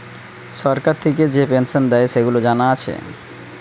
সরকার থিকে যে পেনসন দেয়, সেগুলা জানা আছে